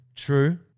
true